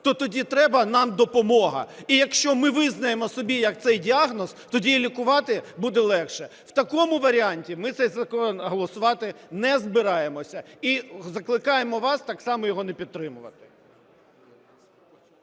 то тоді треба нам допомога, і якщо ми визнаємо собі як цей діагноз, тоді лікувати буде легше. В такому варіанті ми цей закон голосувати не збираємося і закликаємо вас так само його не підтримувати.